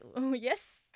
Yes